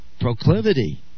proclivity